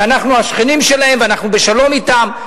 שאנחנו השכנים שלהם ואנחנו בשלום אתם.